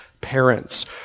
parents